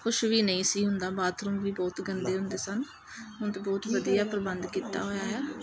ਕੁਛ ਵੀ ਨਹੀਂ ਸੀ ਹੁੰਦਾ ਬਾਥਰੂਮ ਵੀ ਬਹੁਤ ਗੰਦੇ ਹੁੰਦੇ ਸਨ ਹੁਣ ਤਾਂ ਬਹੁਤ ਵਧੀਆ ਪ੍ਰਬੰਧ ਕੀਤਾ ਹੋਇਆ ਹੈ